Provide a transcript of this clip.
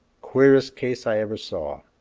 queerest case i ever saw!